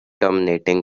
dominating